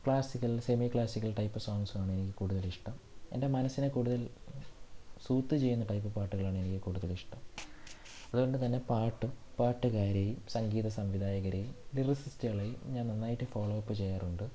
classical semi classical type സോങ്സാണെനിക്ക് കൂടുതൽ ഇഷ്ട്ടം എൻ്റെ മനസ്സിനെ കൂടുതൽ സൂത്ത് ചെയ്യുന്ന ടൈപ്പ് പാട്ടുകളാണെനിക്ക് കൂടുതൽ ഇഷ്ട്ടം അതുകൊണ്ടു തന്നെ പാട്ടും പാട്ടുകാരേയും സംഗീത സംവിധായകരേയും ലിറിസിസ്റ്റുകളെയും ഞാൻ നന്നായിട്ട് ഫോളോ അപ്പ് ചെയ്യാറുണ്ട്